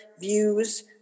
views